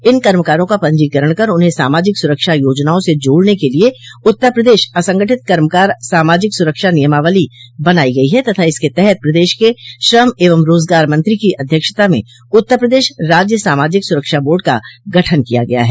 इन कर्मकारों का पंजीकरण कर उन्हें सामाजिक सुरक्षा योजनाओं से जोड़ने के लिए उत्तर प्रदेश असंगठित कर्मकार सामाजिक सुरक्षा नियमावली बनाई गई है तथा इसके तहत पदेश के श्रम एवं रोजगार मंत्री की अध्यक्षता में उत्तर प्रदेश राज्य सामाजिक सुरक्षा बोर्ड का गठन किया गया है